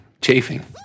chafing